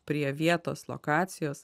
prie vietos lokacijos